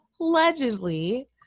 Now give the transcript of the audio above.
allegedly